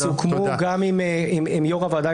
וסוכמו גם עם יו"ר הוועדה,